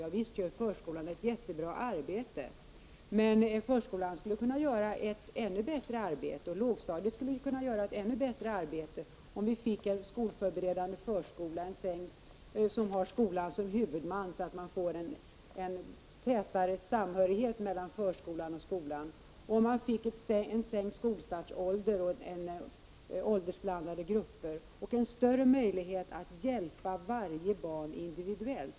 Ja, visst gör förskolan ett jättebra arbete, men förskolan skulle kunna göra ett ännu bättre arbete, och likaså lågstadiet, om vi fick en skolförberedande förskola som har skolan som huvudman, så att man fick en tätare samhörighet mellan förskola och skola, om man fick en sänkt skolstartsålder och åldersblandade grupper och en större möjlighet att hjälpa varje barn individuellt.